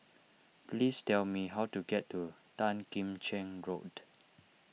please tell me how to get to Tan Kim Cheng Road